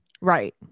Right